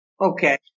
Okay